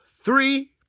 three